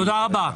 תודה רבה.